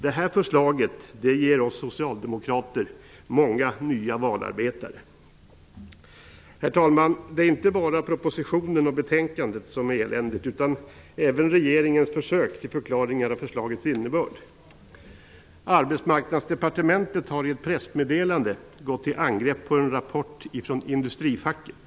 Det här förslaget ger oss socialdemokrater många nya valarbetare. Herr talman! Det är inte bara propositionen och betänkandet som är eländiga utan även regeringens försök till förklaringar av förslagets innebörd. Arbetsmarknadsdepartementet har i ett pressmeddelande gått till angrepp på en rapport från industrifacket.